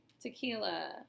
tequila